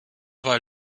weil